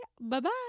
Bye-bye